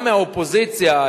גם מהאופוזיציה,